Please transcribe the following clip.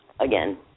Again